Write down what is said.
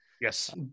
Yes